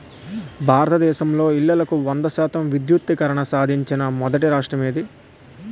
భారతదేశంలో ఇల్లులకు వంద శాతం విద్యుద్దీకరణ సాధించిన మొదటి రాష్ట్రం ఏది?